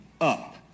up